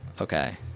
okay